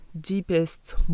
deepest